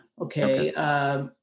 okay